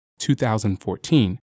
2014